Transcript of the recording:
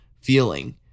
feeling